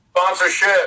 sponsorship